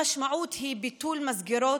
המשמעות היא ביטול מסגרות,